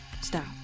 Stop